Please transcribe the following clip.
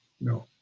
No